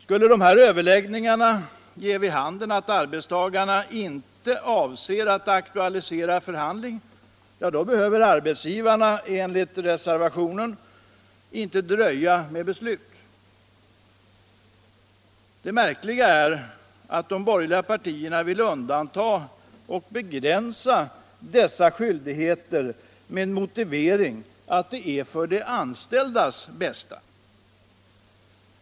Skulle dessa överläggningar ge vid handen att arbetstagarna inte avser att aktualisera förhandling, så behöver arbetsgivarna enligt reservationen på denna punkt inte dröja med beslut. Det märkliga är att de borgerliga partierna vill undanta och begränsa dessa skyldigheter med motivering att det är för de anställdas bästa.